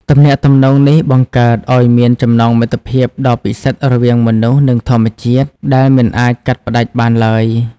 ទំនាក់ទំនងនេះបង្កើតឱ្យមានចំណងមិត្តភាពដ៏ពិសិដ្ឋរវាងមនុស្ស និងធម្មជាតិ ដែលមិនអាចកាត់ផ្តាច់បានឡើយ។